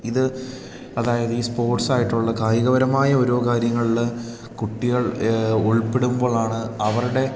ഇത് അതായത് ഈ സ്പോർട്സായിട്ടുള്ള കായികപരമായ ഓരോ കാര്യങ്ങളിൽ കുട്ടികൾ ഉൾപ്പെടുമ്പോഴാണ് അവരുടെ